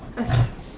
okay